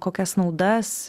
kokias naudas